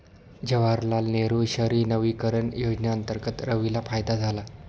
जवाहरलाल नेहरू शहरी नवीकरण योजनेअंतर्गत रवीला फायदा झाला